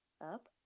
Up